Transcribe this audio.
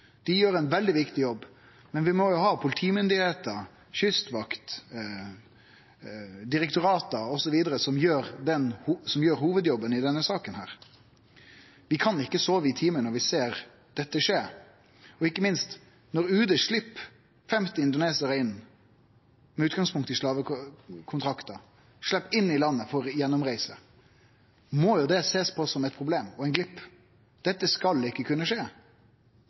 Dei gjer ein veldig viktig jobb, men vi må ha politi, kystvakt, direktorat osv. til å gjere hovudjobben i denne saka. Vi kan ikkje sove i timen når vi ser dette skje. Ikkje minst når UD slepp 50 indonesarar inn i landet for gjennomreise, med utgangspunkt i slavekontraktar, må det sjåast på som eit problem og ein glepp. Det skal ikkje kunne skje.